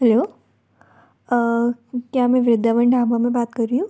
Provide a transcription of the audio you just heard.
hello क्या मैं वृंदावन ढाबा में बात कर रही हूँ